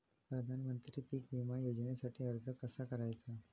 प्रधानमंत्री पीक विमा योजनेसाठी अर्ज कसा करायचा?